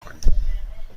کنیم